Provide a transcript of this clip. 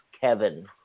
Kevin